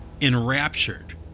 enraptured